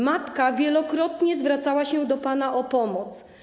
Matka wielokrotnie zwracała się do pana o pomoc.